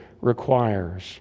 requires